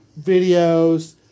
videos